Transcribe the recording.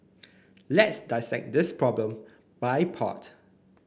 let's dissect this problem by part